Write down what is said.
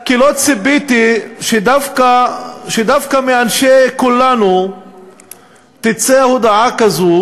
כי לא ציפיתי שדווקא מאנשי כולנו תצא הודעה כזו,